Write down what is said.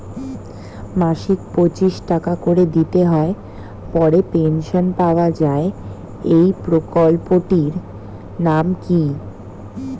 মাসিক পঁচিশ টাকা করে দিতে হয় পরে পেনশন পাওয়া যায় এই প্রকল্পে টির নাম কি?